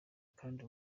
kandi